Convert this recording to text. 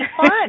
fun